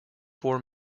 four